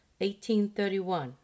1831